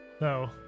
no